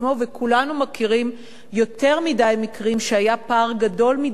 כולנו מכירים יותר מדי מקרים שהיה פער גדול מדי בין